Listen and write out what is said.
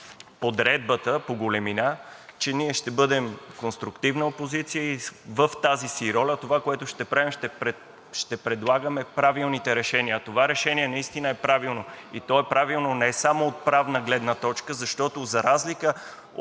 подредбата по големина ние ще бъдем конструктивна опозиция и в тази си роля това, което ще правим, е, че ще предлагаме правилните решения, а това решение наистина е правилно, и то е правилно не само от правна гледна точка, защото за разлика от